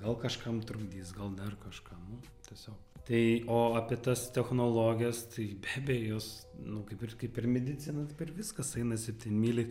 gal kažkam trukdys gal dar kažką nu tiesiog tai o apie tas technologijas tai be abejo jos nu kaip ir kaip ir medicina taip ir viskas einasi tai mili